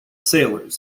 sailors